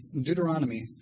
Deuteronomy